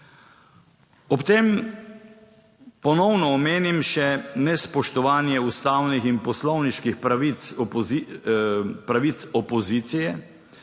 Ob tem ponovno omenim še nespoštovanje ustavnih in poslovniških pravic opozicije